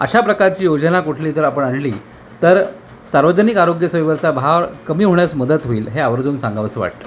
अशा प्रकारची योजना कुठली जर आपण आणली तर सार्वजनिक आरोग्य सेवेचा भार कमी होण्यास मदत होईल हे आवर्जून सांगावसं वाटतं